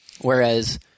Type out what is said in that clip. Whereas